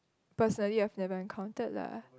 personally I've never encountered lah